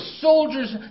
soldiers